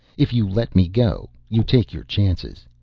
if you let me go, you take your chances.